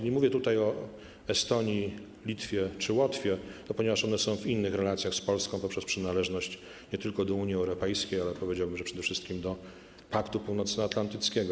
Nie mówię tutaj o Estonii, Litwie czy Łotwie, ponieważ one są w innych relacjach z Polską poprzez przynależność nie tylko do Unii Europejskiej, ale powiedziałbym, że przede wszystkim do Paktu Północnoatlantyckiego.